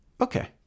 Okay